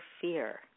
fear